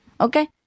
Okay